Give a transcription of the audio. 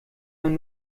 man